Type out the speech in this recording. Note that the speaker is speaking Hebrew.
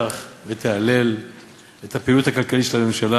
ותהלל את הפעילות הכלכלית של הממשלה.